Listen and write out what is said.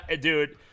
dude